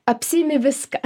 apsiimi viską